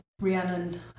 Rhiannon